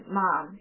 mom